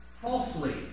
falsely